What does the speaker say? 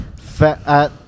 fat –